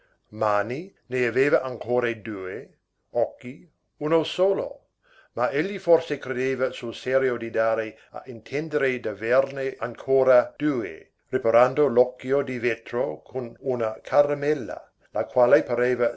mani ne aveva ancora due occhi uno solo ma egli forse credeva sul serio di dare a intendere d'averne ancora due riparando l'occhio di vetro con una caramella la quale pareva